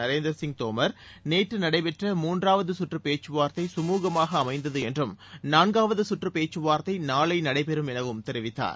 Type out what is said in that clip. நரேந்திர சிங் தோமர் நேற்று நடைபெற்ற மூன்றாவது கற்று பேச்சுவார்த்தை கமுகமாக அமைந்தது என்றும் நாள்காவது கற்று பேச்சுவார்த்தை நாளை நடைபெறும் எனவும் தெரிவித்தார்